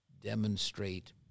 demonstrate